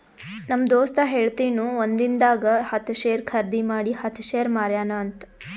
ನಮ್ ದೋಸ್ತ ಹೇಳತಿನು ಒಂದಿಂದಾಗ ಹತ್ತ್ ಶೇರ್ ಖರ್ದಿ ಮಾಡಿ ಹತ್ತ್ ಶೇರ್ ಮಾರ್ಯಾನ ಅಂತ್